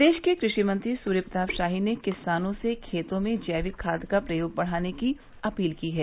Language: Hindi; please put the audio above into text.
प्रदेश के क्रषि मंत्री सूर्य प्रताप शाही ने किसानों से खेतों में जैविक खाद का प्रयोग बढ़ाने की अपील की है